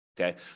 Okay